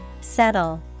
Settle